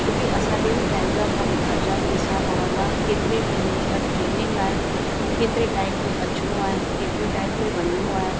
छोकी असांखे बि पंहिंजा कम घर जा बी ॾिसणा पवंदा केतिरे ॾींहनि जी इया ट्रेनिंग आए केतिरे टाइम पे अणो आहे कतिरे टाइम पे वञिणो आहे